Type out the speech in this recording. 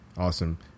Awesome